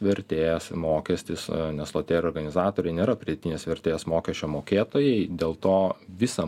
vertės mokestis nes loterijų organizatoriai nėra pridėtinės vertės mokesčio mokėtojai dėl to visą